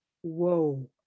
whoa